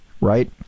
right